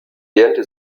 lernte